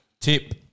tip